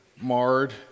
marred